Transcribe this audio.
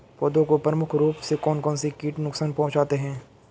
पौधों को प्रमुख रूप से कौन कौन से कीट नुकसान पहुंचाते हैं?